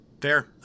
Fair